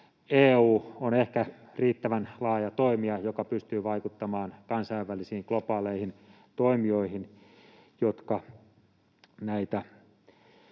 EU on ehkä riittävän laaja toimija, joka pystyy vaikuttamaan kansainvälisiin globaaleihin toimijoihin, jotka näitä